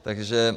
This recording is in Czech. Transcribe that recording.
Takže: